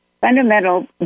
fundamental